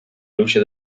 luce